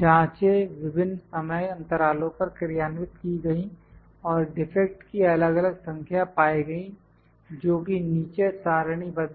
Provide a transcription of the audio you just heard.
जांचें विभिन्न समय अंतरालो पर क्रियान्वित की गई और डिफेक्ट की अलग अलग संख्या पाई गई जोकि नीचे सारणीबद्ध हैं